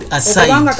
aside